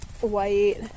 white